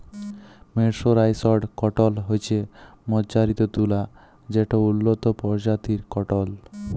mercerised cotton হছে মাজ্জারিত তুলা যেট উল্লত পরজাতির কটল